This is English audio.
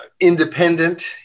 independent